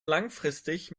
langfristig